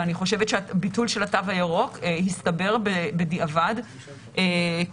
ואני חושבת שביטול של התו הירוק הסתבר בדיעבד כטעות,